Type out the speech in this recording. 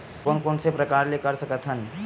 कोन कोन से प्रकार ले कर सकत हन?